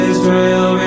Israel